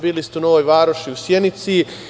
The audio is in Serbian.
Bili ste u Novoj Varoši i u Sjenici.